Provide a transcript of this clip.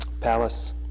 palace